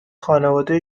خانواده